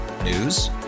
News